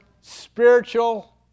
spiritual